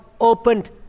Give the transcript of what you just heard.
opened